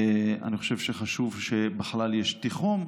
אני חושב שחשוב בכלל שיש תיחום.